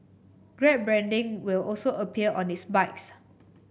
grab branding will also appear on its bikes